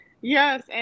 yes